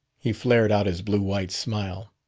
he flared out his blue-white smile.